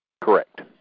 Correct